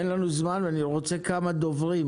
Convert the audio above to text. אין לנו זמן ואני רוצה לשמוע כמה דוברים,